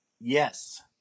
yes